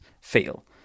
feel